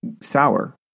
sour